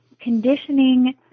conditioning